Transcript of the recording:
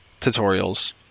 tutorials